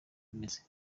imeze